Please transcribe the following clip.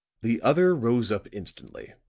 the other rose up instantly.